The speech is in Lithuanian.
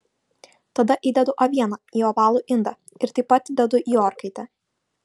tada įdedu avieną į ovalų indą ir taip pat dedu į orkaitę